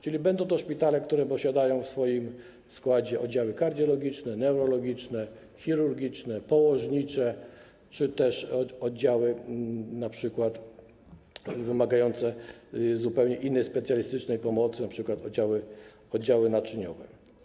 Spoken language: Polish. Czyli będą to szpitale, które posiadają w swoim składzie oddziały: kardiologiczne, neurologiczne, chirurgiczne, położnicze czy też oddziały np. wymagające zupełnie innej specjalistycznej pomocy, np. oddziały naczyniowe.